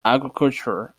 agriculture